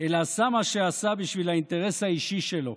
אלא עשה מה שעשה בשביל האינטרס האישי שלו.